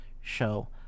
show